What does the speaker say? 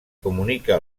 comunica